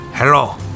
hello